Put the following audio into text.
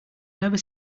never